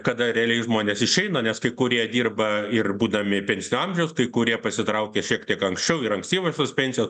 kada realiai žmonės išeina nes kai kurie dirba ir būdami pensinio amžiaus kai kurie pasitraukia šiek tiek anksčiau ir ankstyvosios pensijos